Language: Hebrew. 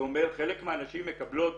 זה אומר שחלק מהנשים מקבלות